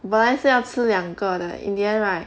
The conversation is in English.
本来是要吃两个的 in the end right